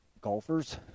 Golfers